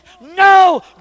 no